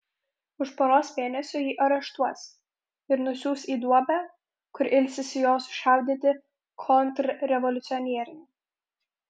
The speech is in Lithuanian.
už poros mėnesių jį areštuos ir nusiųs į duobę kur ilsisi jo sušaudyti kontrrevoliucionieriai